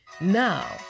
now